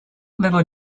little